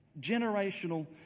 Generational